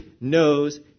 knows